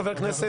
חושב,